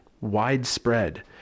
widespread